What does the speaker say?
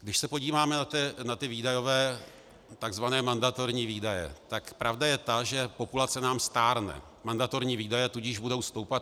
Když se podíváme na výdajové tzv. mandatorní výdaje, tak pravda je ta, že populace nám stárne, mandatorní výdaje tudíž budou stoupat.